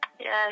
Yes